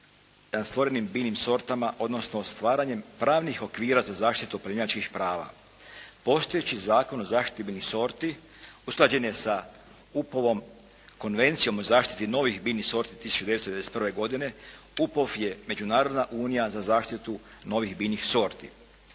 stvorenim biljnim sortama odnosno stvaranjem pravnih okvira za zaštitu pojedinačnih prava. Postojeći Zakon o zaštiti biljnih sorti usklađen je sa UPOV-om Konvencijom o zaštiti novih biljnih sorti 1991. godine. UPOV je međunarodna unija za zaštitu novih biljnih sorti.